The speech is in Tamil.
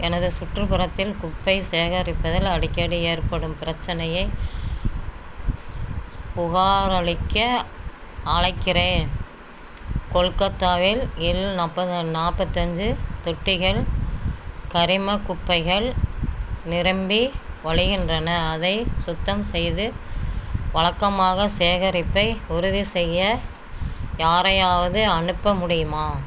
எனது சுற்றுப்புறத்தில் குப்பை சேகரிப்பதில் அடிக்கடி ஏற்படும் பிரச்சினையை புகாரளிக்க அழைக்கிறேன் கொல்கத்தாவில் இல் நாற்பது நாற்பத்தஞ்சி தொட்டிகள் கரிமக் குப்பைகள் நிரம்பி வழிகின்றன அதை சுத்தம் செய்து வழக்கமாக சேகரிப்பை உறுதிசெய்ய யாரையாவது அனுப்ப முடியுமா